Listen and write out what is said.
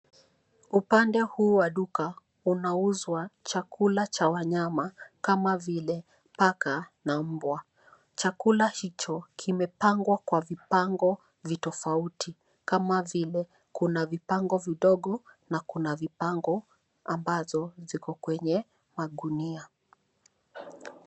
Upande huu wa duka unauzwa chakula cha wanyama kama vile paka na mbwa. Chakula hicho kimepangwa kwa vipango vitofauti. Kama vile, kuna vipango vidogo na kuna vipango ambazo ziko kwenye magunia.